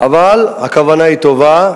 אבל הכוונה היא טובה.